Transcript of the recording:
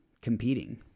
competing